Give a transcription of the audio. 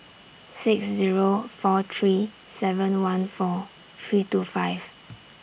six Zero four three seven one four three two five